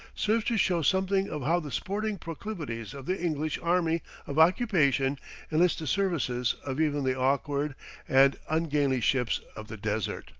serves to show something of how the sporting proclivities of the english army of occupation enlist the services of even the awkward and ungainly ships of the desert